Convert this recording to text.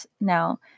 Now